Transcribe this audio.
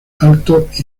altos